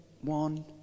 one